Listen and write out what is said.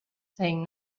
saying